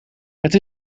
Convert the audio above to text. het